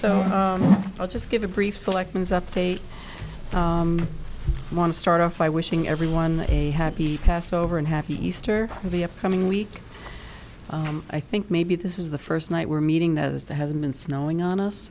so i'll just give a brief selections update i want to start off by wishing everyone a happy passover and happy easter the coming week i think maybe this is the first night we're meeting that is that has been snowing on us